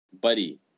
Buddy